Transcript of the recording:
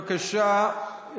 בבקשה,